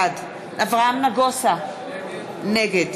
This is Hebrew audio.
בעד אברהם נגוסה, נגד